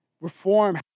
Reform